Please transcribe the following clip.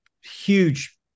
huge